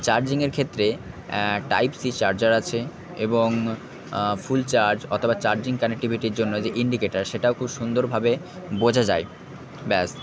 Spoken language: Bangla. চার্জিংয়ের ক্ষেত্রে টাইপ সি চার্জার আছে এবং ফুল চার্জ অথবা চার্জিং কানেক্টিভিটির জন্য যে ইন্ডিকেটার সেটাও খুব সুন্দরভাবে বোঝা যায় ব্যস